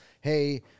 Hey